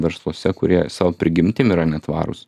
versluose kurie savo prigimtim yra netvarūs